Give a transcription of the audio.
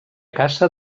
caça